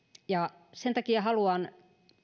ja sen takia haluan